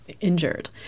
injured